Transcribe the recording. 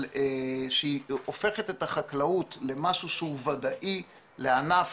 שהיא הופכת את החקלאות למשהו שהוא ודאי, לענף